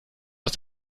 aus